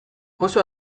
oso